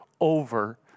over